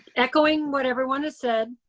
echoing what everyone has said,